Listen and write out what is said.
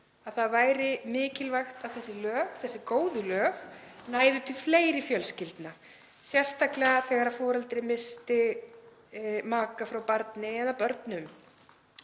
að það væri mikilvægt að þessi góðu lög næðu til fleiri fjölskyldna, sérstaklega þegar foreldri missti maka frá barni eða börnum.